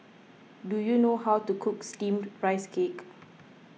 do you know how to cook Steamed Rice Cake